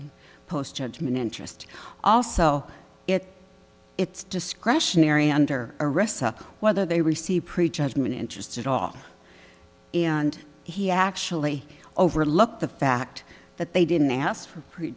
dollars post judgment interest also if it's discretionary under arrest whether they receive pre judgment interest at all and he actually overlook the fact that they didn't ask for pre